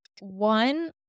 One